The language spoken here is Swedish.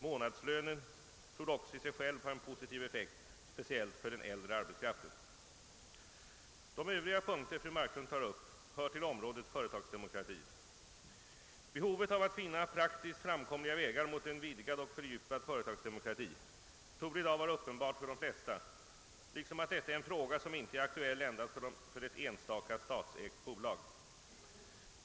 Månadslönen torde även i sig själv ha en positiv effekt, speciellt för den äldre arbetskraften. De övriga punkter fru Marklund tar upp hör till området företagsdemokrati. Behovet av att finna praktiskt framkomliga vägar mot en vidgad och fördjupad företagsdemokrati torde i dag vara uppenbart för de flesta, liksom att detta är en fråga som inte är aktuell endast för ett enstaka statsägt bolag.